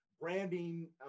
branding